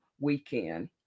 weekend